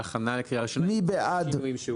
להכנה לקריאה ראשונה, עם השינויים שהוקראו.